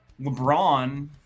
LeBron